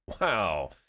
Wow